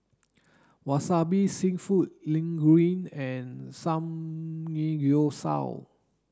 wasabi Seafood Linguine and